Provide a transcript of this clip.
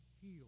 heal